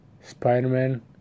Spider-Man